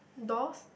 doors